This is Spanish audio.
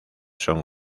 son